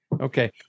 Okay